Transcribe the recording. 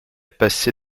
passé